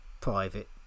private